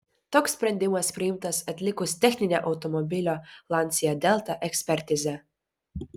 toks sprendimas priimtas atlikus techninę automobilio lancia delta ekspertizę